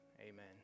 amen